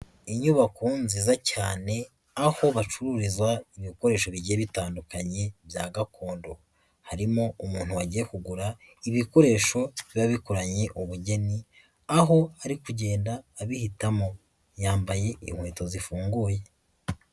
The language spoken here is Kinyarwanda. Inyubako nziza cyane, aho bacururiza ibikoresho bigiye bitandukanye bya gakondo. Harimo umuntu wagiye kugura ibikoresho biba bikoranye ubugeni, aho ari kugenda abihitamo. Yambaye inkweto zifunguye.